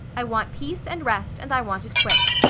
i want peace and rest and i want it quick.